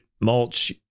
mulch